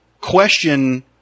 question